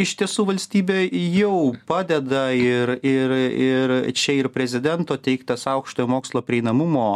iš tiesų valstybė jau padeda ir ir ir čia ir prezidento teiktas aukštojo mokslo prieinamumo